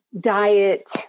diet